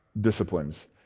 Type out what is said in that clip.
disciplines